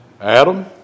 Adam